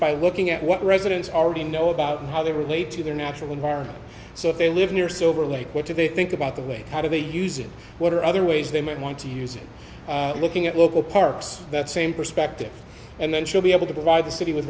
by looking at what residents already know about how they relate to their natural environment so if they live near silver lake which if they think about the way how do they use it what are other ways they might want to use it looking at local parks that same perspective and then should be able to provide the city with